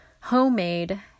Homemade